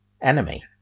enemy